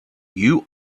you